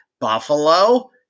Buffalo